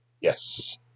Yes